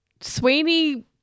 sweeney